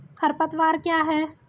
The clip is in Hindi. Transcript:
खरपतवार क्या है?